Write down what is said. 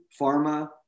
pharma